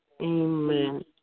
amen